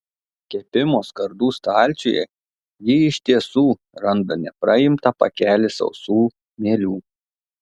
kepimo skardų stalčiuje ji iš tiesų randa nepraimtą pakelį sausų mielių